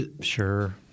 Sure